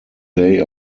day